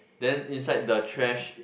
then inside the trash